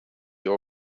all